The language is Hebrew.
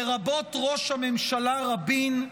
לרבות ראש הממשלה רבין.